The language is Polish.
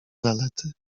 zalety